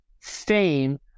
fame